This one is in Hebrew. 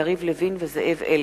יריב לוין וזאב אלקין.